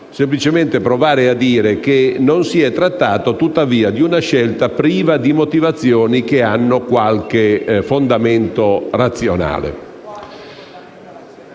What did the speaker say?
semplicemente provare a dire che non si è trattato, tuttavia, di una scelta priva di motivazioni che hanno qualche fondamento razionale.